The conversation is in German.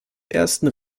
ersten